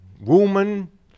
woman